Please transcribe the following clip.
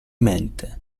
mente